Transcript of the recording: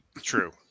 True